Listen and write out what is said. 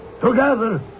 together